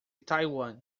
taiwan